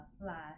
Flash